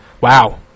wow